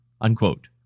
unquote